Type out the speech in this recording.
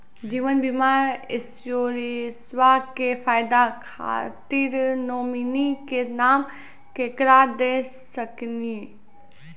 जीवन बीमा इंश्योरेंसबा के फायदा खातिर नोमिनी के नाम केकरा दे सकिनी?